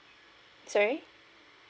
sorry